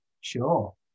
Sure